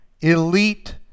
elite